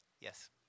Yes